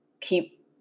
keep